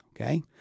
Okay